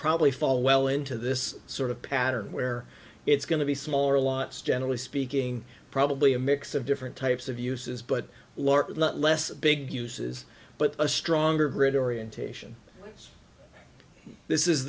probably fall well into this sort of pattern where it's going to be smaller lots generally speaking probably a mix of different types of uses but large not less big uses but a stronger grid orientation this is